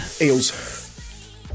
Eels